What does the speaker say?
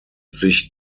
sich